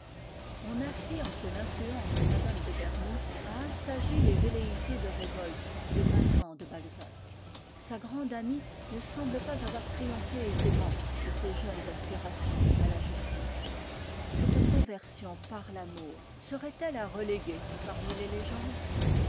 on affirme que l'influence de mtm de berny a assagi les velléités de révolte des vingt ans de balzac sa grande amie ne semble pas avoir triomphé aisément de ses jeunes aspirations à la justice cette conversion par l'amour serait-elle à reléguer parmi les légendes